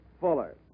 Fuller